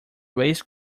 waste